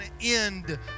end